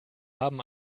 haben